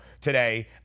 today